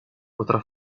potrà